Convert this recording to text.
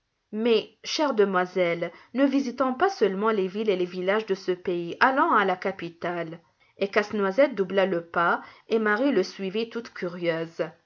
mais chère demoiselle ne visitons pas seulement les villes et les villages de ce pays allons à la capitale et casse-noisette doubla le pas et marie le suivit toute curieuse